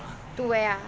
to wear ah